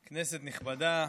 כנסת נכבדה,